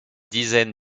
dizaine